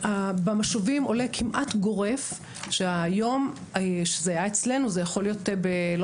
מהמשוב עולה כמעט גורף שהיום שהיה אצלנו - זה יכול להיות לא